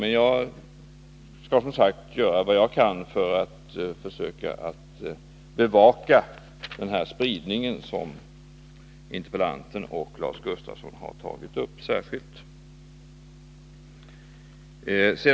Men jag skall göra vad jag kan för att särskilt bevaka den här frågan om spridningen som interpellanten och Lars Gustafsson har tagit upp.